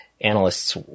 Analysts